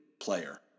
player